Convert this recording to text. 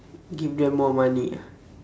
give them more money ah